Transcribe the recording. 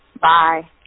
Bye